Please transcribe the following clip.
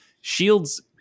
shields